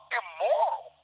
immoral